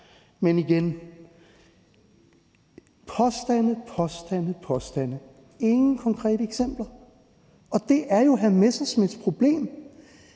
Men igen er det påstande og påstande og ingen konkrete eksempler, og det er jo hr. Morten Messerschmidts problem: